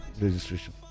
registration